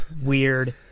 weird